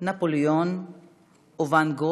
נפוליאון וואן-גוך.